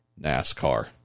NASCAR